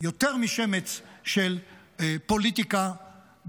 העמדה הזאת מוכיחה לי שיותר משמץ של פוליטיקה בלתי